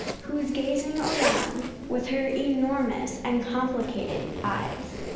who is gazing around with her enormous and complicated eyes.